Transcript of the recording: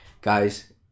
guys